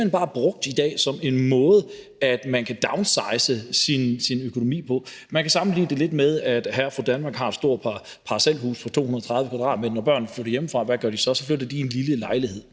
bliver simpelt hen bare brugt i dag som en måde, man kan downsize sin økonomi på. Man kan sammenligne det lidt med, at hr. og fru Danmark har et stort parcelhus på 230 m², og når børnene så flytter hjemmefra, hvad gør de så? Så flytter de i en lille lejlighed.